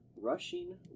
Rushing